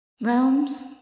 realms